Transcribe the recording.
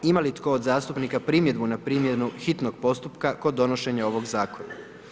Ima li tko od zastupnika primjedbu na primjenu hitnog postupka kod donošenja ovog zakona?